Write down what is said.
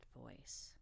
voice